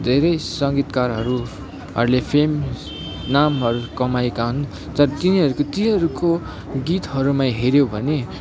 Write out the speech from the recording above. धेरै सङ्गीतकारहरू हरूले फेम नामहरू कमाएका हुन् ज तिनीहरूको तिनीहरूको गीतहरूमा हेऱ्यो भने